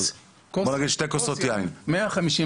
בוא נגיד שתי כוסות יין --- בוא נגיד ככה,